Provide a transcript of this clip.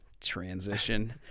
transition